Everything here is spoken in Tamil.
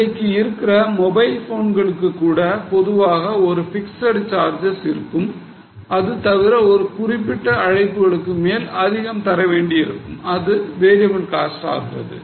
இன்றைக்கு இருக்கிற மொபைல் போன்களுக்கு கூட பொதுவாக ஒரு பிக்ஸட் சார்ஜஸ் இருக்கும் அது தவிர ஒரு குறிப்பிட்ட அழைப்புகளுக்கு மேல் அதிகம் தர வேண்டியிருக்கும் அது variable cost ஆகிறது